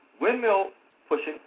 windmill-pushing